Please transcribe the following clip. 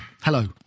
hello